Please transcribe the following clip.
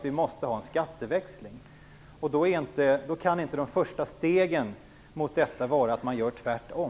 Vi måste ha en skatteväxling. Då kan inte de första stegen vara att man gör tvärtom.